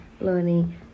Learning